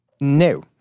No